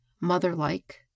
mother-like